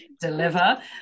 deliver